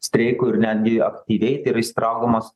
streikui ir netgi aktyviai į tai yra įsitraukdamos